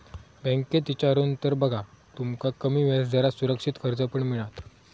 बँकेत इचारून तर बघा, तुमका कमी व्याजदरात सुरक्षित कर्ज पण मिळात